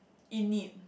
in need